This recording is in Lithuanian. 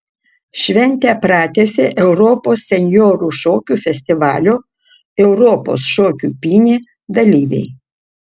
šventę pratęsė europos senjorų šokių festivalio europos šokių pynė dalyviai